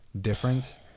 difference